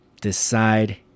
decide